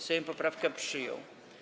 Sejm poprawkę przyjął.